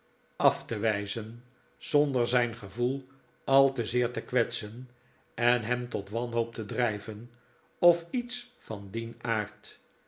af te wijzen zonder zijn gevoel al te zeer te kwetsen en hem tot wanhoop te drijven of iets van dienaard